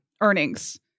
earnings